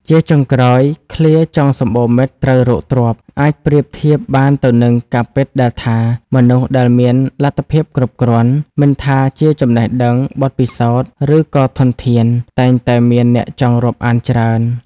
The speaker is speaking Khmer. ជាចុងក្រោយឃ្លា ចង់សំបូរមិត្ត ត្រូវរកទ្រព្យ អាចប្រៀបធៀបបានទៅនឹងការពិតដែលថា មនុស្សដែលមានលទ្ធភាពគ្រប់គ្រាន់ មិនថាជាចំណេះដឹង បទពិសោធន៍ ឬក៏ធនធាន តែងតែមានអ្នកចង់រាប់អានច្រើន។